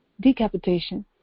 decapitation